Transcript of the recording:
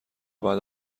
بعد